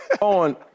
on